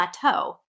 plateau